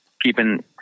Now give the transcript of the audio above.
keeping